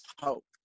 hope